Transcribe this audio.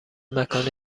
مکان